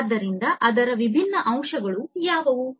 ಆದ್ದರಿಂದ ಅದರ ವಿಭಿನ್ನ ಅಂಶಗಳು ಯಾವುವು